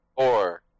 Four